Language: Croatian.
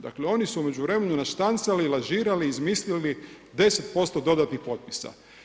Dakle, oni su u međuvremenu naštancali, lažirali, izmislili 10% dodatnih potpisa.